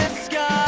skies